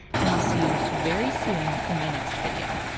and i'll see you very soon in my next video.